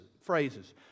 phrases